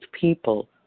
people